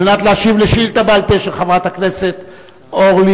על מנת להשיב לשאילתא בעל-פה של חברת הכנסת אורלי